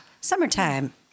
Summertime